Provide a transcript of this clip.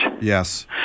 Yes